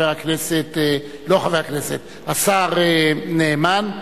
השר נאמן,